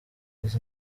izi